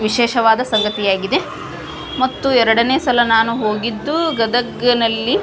ವಿಶೇಷವಾದ ಸಂಗತಿಯಾಗಿದೆ ಮತ್ತು ಎರಡನೇ ಸಲ ನಾನು ಹೋಗಿದ್ದು ಗದಗಿನಲ್ಲಿ